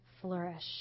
flourish